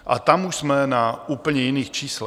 A tam už jsme na úplně jiných číslech.